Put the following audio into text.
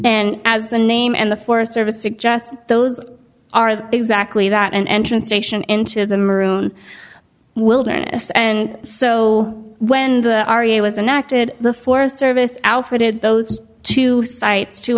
and as the name and the forest service suggest those are exactly that an entrance station into the maroon wilderness and so when the area was inactive the forest service outfitted those two sites to